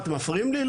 מה אתם מפריעים לי?